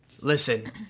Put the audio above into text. Listen